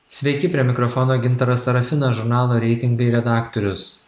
sveiki prie mikrofono gintaras serafinas žurnalo reitingai redaktorius